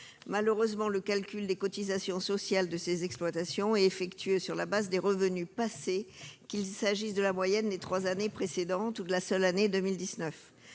Malheureusement, le calcul de leurs cotisations sociales est effectué sur la base des revenus passés, qu'il s'agisse de la moyenne des trois années précédentes ou de la seule année 2019.